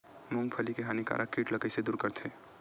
मूंगफली के हानिकारक कीट ला कइसे दूर करथे?